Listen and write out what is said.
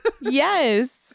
Yes